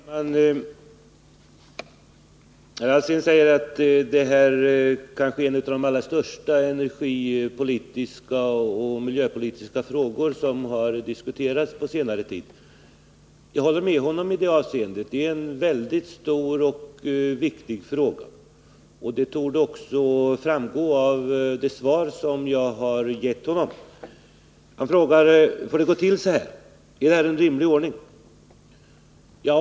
Herr talman! Herr Alsén säger att detta kanske är en av de allra största energipolitiska och miljöpolitiska frågor som har diskuterats på senare tid. Jag håller med honom i det avseendet —-det är en mycket stor och viktig fråga. Det torde också framgå av det svar jag har gett honom. Herr Alsén frågar: Får det gå till så här? Är detta en rimlig ordning?